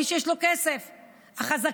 מי שיש לו כסף, החזקים.